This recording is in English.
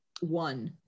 one